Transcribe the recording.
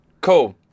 Cool